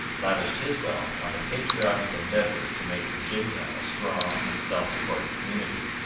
lavished his wealth on the patriotic endeavour to make virginia a strong and self-supporting community.